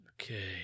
Okay